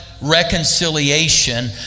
reconciliation